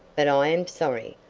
but i am sorry.